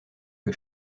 que